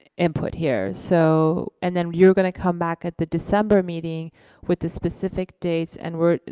input here, so and then you're gonna come back at the december meeting with the specific dates. and we're,